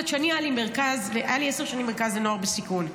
את יודעת שהיה לי עשר שנים מרכז לנוער בסיכון.